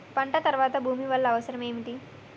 పంట తర్వాత భూమి వల్ల అవసరం ఏమిటి?